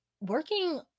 working